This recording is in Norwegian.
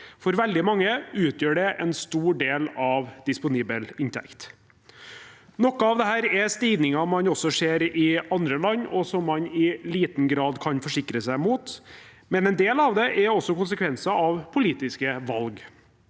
For veldig mange utgjør det en stor del av disponibel inntekt. Noe av dette er stigninger man også ser i andre land, og som man i liten grad kan forsikre seg mot, men en del av det er også konsekvenser av politiske valg,